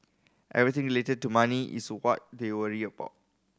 everything related to money is what they worry about